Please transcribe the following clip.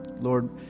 Lord